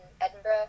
Edinburgh